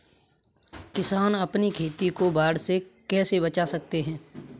किसान अपनी खेती को बाढ़ से कैसे बचा सकते हैं?